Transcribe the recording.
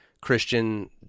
Christian